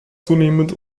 zunehmend